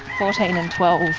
fourteen and twelve.